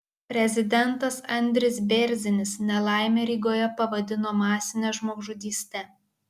prezidentas andris bėrzinis nelaimę rygoje pavadino masine žmogžudyste